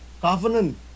covenant